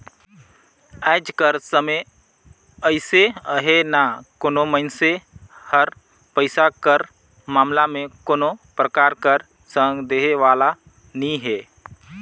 आएज कर समे अइसे अहे ना कोनो मइनसे हर पइसा कर मामला में कोनो परकार कर संग देहे वाला नी हे